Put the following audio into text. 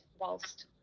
whilst